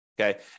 okay